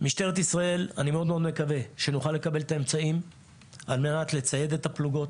אני מאוד מאוד מקווה שנוכל לקבל את האמצעים על מנת לצייד את הפלוגות.